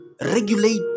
Regulate